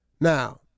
Now